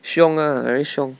凶啊 very 凶